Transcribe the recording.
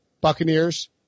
Buccaneers